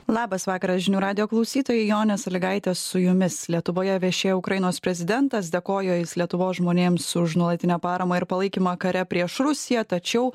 labas vakaras žinių radijo klausytojai jonė salygaitė su jumis lietuvoje viešėjo ukrainos prezidentas dėkojo lietuvos žmonėms už nuolatinę paramą ir palaikymą kare prieš rusiją tačiau